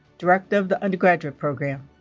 director of the undergraduate program.